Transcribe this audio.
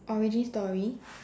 origin story